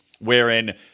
wherein